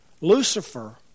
Lucifer